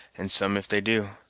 and some if they do.